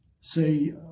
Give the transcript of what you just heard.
say